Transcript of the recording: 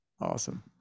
awesome